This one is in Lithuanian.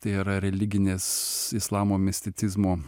tai yra religinės islamo misticizmo